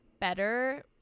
better